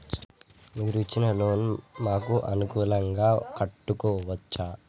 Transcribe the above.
మీరు ఇచ్చిన లోన్ ను మాకు అనుకూలంగా కట్టుకోవచ్చా?